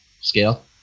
scale